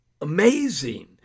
amazing